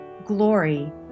glory